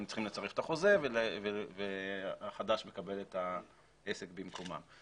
הם צריכים לצרף את החוזה החדש ולקבל את העסק במקומם.